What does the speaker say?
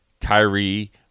Kyrie